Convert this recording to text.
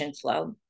flow